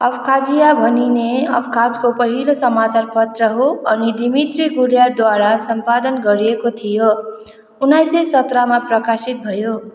Abkhazia भनिने अब्खाजको पहिलो समाचारपत्र हो अनि दिमित्री गुलियाद्वारा सम्पादन गरिएको थियो उन्नाइसय सत्रमा प्रकाशित भयो